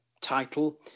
title